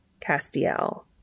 castiel